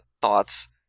thoughts